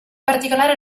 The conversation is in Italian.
particolare